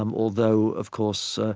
um although, of course,